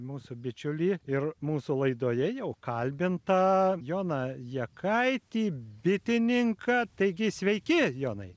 mūsų bičiulį ir mūsų laidoje jau kalbintą joną jakaitį bitininką taigi sveiki jonai